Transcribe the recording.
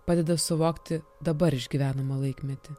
padeda suvokti dabar išgyvenamą laikmetį